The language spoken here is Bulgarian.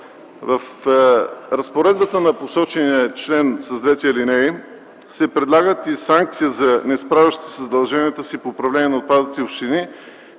В разпоредбата на посочения член с двете алинеи се предлагат и санкции за несправящи се със задълженията си по управление на отпадъците общини,